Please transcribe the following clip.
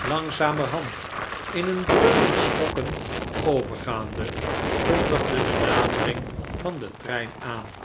langzamerhand in een dreunend schokken overgaande kondigde de nadering van den trein aan